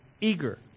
eager